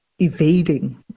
evading